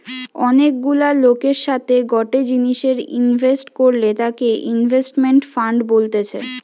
অনেক গুলা লোকের সাথে গটে জিনিসে ইনভেস্ট করলে তাকে ইনভেস্টমেন্ট ফান্ড বলতেছে